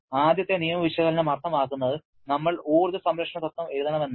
ആദ്യത്തെ നിയമ വിശകലനം അർത്ഥമാക്കുന്നത് നമ്മൾ ഊർജ്ജ സംരക്ഷണ തത്വം എഴുതണം എന്നാണ്